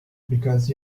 because